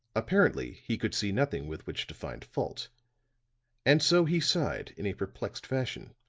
apparently he could see nothing with which to find fault and so he sighed in a perplexed fashion.